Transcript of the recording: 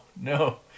no